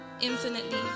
infinitely